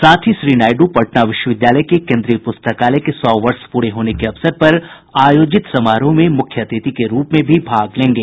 साथ ही श्री नायड् पटना विश्वविद्यालय के केन्द्रीय प्रस्तकालय के सौ वर्ष पूरे होने के अवसर पर आयोजित समारोह में मुख्य अतिथि के रूप में भी भाग लेंगे